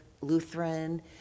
Lutheran